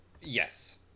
yes